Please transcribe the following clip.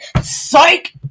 Psych